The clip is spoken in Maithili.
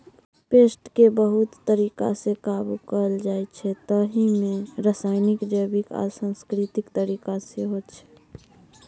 पेस्टकेँ बहुत तरीकासँ काबु कएल जाइछै ताहि मे रासायनिक, जैबिक आ सांस्कृतिक तरीका सेहो छै